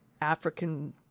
African